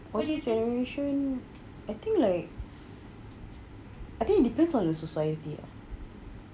for generation I think like I think it depends on the society ah